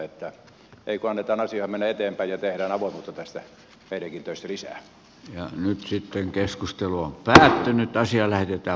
että ei kun annetaan asian mennä eteenpäin ja tehdään avoimuutta näissä meidänkin töissä lisää ja sitten keskustelua väsähtynyt asia lähetetään